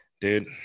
dude